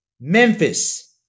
Memphis